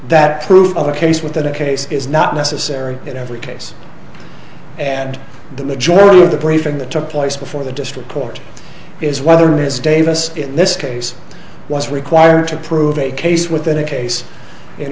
that proof of a case with that a case is not necessary in every case and the majority of the briefing that took place before the district court is whether ms davis in this case was required to prove a case within a case in